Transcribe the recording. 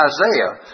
Isaiah